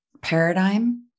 paradigm